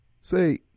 say